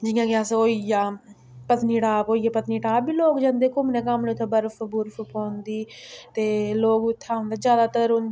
जियां कि अस ओह् होई गेआ पत्नीटॉप होई गेआ पत्नीटॉप बी लोक जंदे घूमने घामने उत्थै बर्फ बुर्फ पौंदी ते लोक उत्थै औंदे ज्यादातर